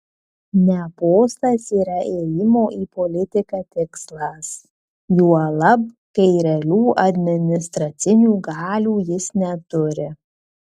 ne postas yra ėjimo į politiką tikslas juolab kai realių administracinių galių jis neturi